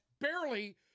barely